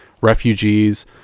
refugees